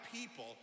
people